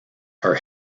are